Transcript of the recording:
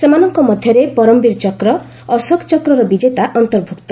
ସେମାନଙ୍କ ମଧ୍ୟରେ ପରମବୀର ଚକ୍ର ଅଶୋକ ଚକ୍ରର ବିଜେତା ଅନ୍ତର୍ଭୁକ୍ତ